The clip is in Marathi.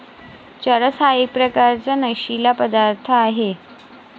चरस हा एक प्रकारचा नशीला पदार्थ आहे